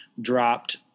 dropped